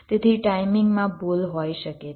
તેથી ટાઈમિંગમાં ભૂલ હોઈ શકે છે